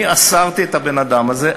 אני אסרתי את הבן-אדם הזה,